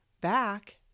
back